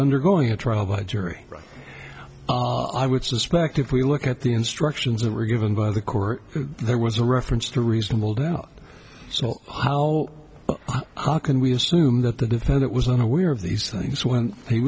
undergoing a trial by jury i would suspect if we look at the instructions that were given by the court there was a reference to reasonable doubt salt how can we assume that the defendant was not aware of these things when he